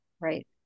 Right